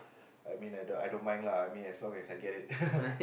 I mean I don't I don't mind lah as long as I get it